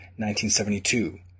1972